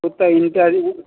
एतऽ retiring room